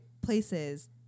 places